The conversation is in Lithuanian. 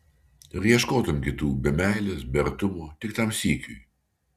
ar ieškotum kitų be meilės be artumo tik tam sykiui